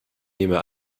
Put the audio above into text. nehme